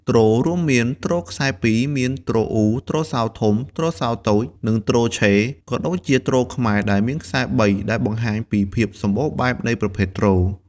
ទ្ររួមមាន ទ្រខ្សែពីរ មាន ទ្រអ៊ូ ទ្រសោធំ ទ្រសោតូច និង ទ្រឆេ ក៏ដូចជា ទ្រខ្មែរ ដែលមានខ្សែបី ដែលបង្ហាញពីភាពសម្បូរបែបនៃប្រភេទទ្រ។